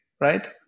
right